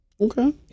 Okay